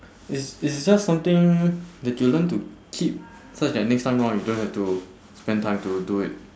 it's it's just something that you learn to keep such that next time round you don't have to spend time to do it